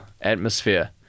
atmosphere